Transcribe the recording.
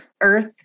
earth